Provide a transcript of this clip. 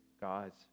God's